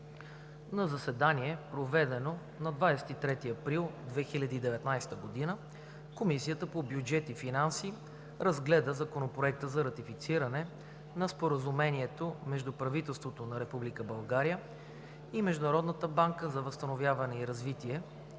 На заседание, проведено на 23 април 2019 г., Комисията по бюджет и финанси разгледа Законопроекта за ратифициране на Споразумението между правителството на Република България и Международната банка за възстановяване и развитие